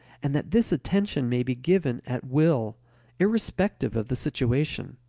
and that this attention may be given at will irrespective of the situation.